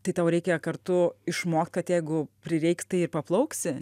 tai tau reikia kartu išmokt kad jeigu prireiks tai ir paplauksi